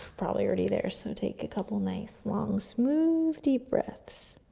probably already there, so take a couple nice long, smooth, deep breaths.